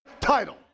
title